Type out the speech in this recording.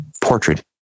portrait